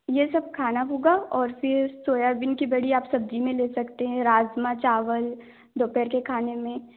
यह सब खाना होगा और फिर सोयाबीन की बड़ी आप सब्जी में ले सकते हैं राजमा चावल दोपहर के खाने में